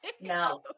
No